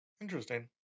Interesting